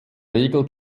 regel